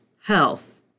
health